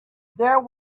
there